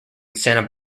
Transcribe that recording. santa